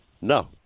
No